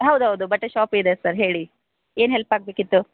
ಹೌದೌದು ಬಟ್ಟೆ ಶಾಪ್ ಇದೆ ಸರ್ ಹೇಳಿ ಏನು ಹೆಲ್ಪ್ ಆಗಬೇಕಿತ್ತು